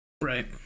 right